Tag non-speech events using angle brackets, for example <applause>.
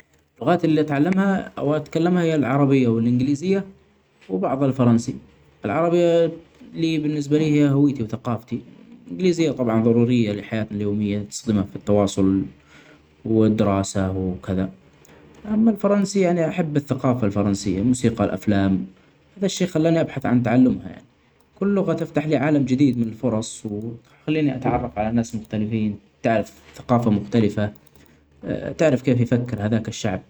اللغات اللي أتعلمها أو اللي أتكلمها هي العربية والإنجليزية وبعض الفرنسي ،العربية لي بالنسبالي هي هويتي وثقافتي. الإنجليزية طبعا ضرورية للحياة اليومية نستخدمها في التواصل والدراسة وكذا. أما الفرنسي يعني أحب الثقافة الفرنسية الموسيقي، الأفلام ، هذا الشئ خلالني أبحث عن تعلمها يعني. كلها تفتح لي عالم جديد من الفرص وخلاني أتعرف علي ناس مختلفيين <noise> تعرف ثقافه مختلفة <hesitation> تعرف كيف يفكر هداك الشعب.